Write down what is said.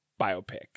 biopic